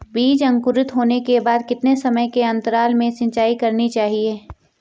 बीज अंकुरित होने के बाद कितने समय के अंतराल में सिंचाई करनी चाहिए?